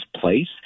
place